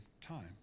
time